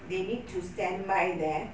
they need to standby there